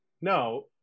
no